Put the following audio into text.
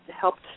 helped